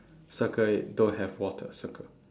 circle it don't have water circle